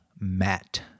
matt